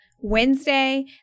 Wednesday